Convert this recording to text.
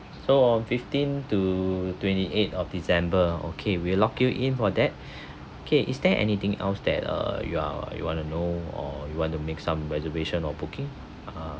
so on fifteen to twenty eight of december okay we'll lock you in for that okay is there anything else that uh you are you want to know or you want to make some reservation or booking